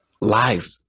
life